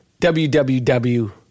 www